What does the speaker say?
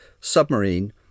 submarine